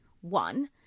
one